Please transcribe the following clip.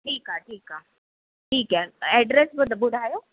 ठीकु आहे ठीकु आहे ठीकु है एड्रेस ॿुधायो